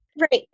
Right